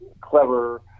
clever